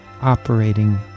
operating